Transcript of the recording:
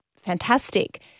fantastic